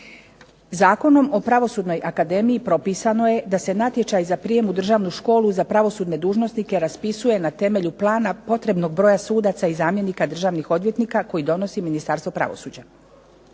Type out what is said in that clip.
Zakonom o Pravosudnoj akademiji propisano je da se natječaj za prijem u Državnu školu za pravosudne dužnosnike raspisuje na temelju plana, potrebnog broja sudaca i zamjenika državnih odvjetnika koji donosi Ministarstvo pravosuđa